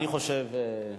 מאה אחוז.